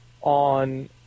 on